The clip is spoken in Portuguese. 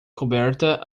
coberta